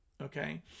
Okay